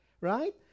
right